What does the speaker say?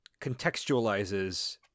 contextualizes